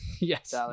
Yes